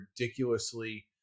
ridiculously